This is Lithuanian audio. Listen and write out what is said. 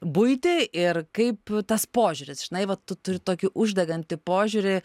buitį ir kaip tas požiūris žinai va tu turi tokį uždegantį požiūrį